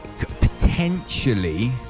potentially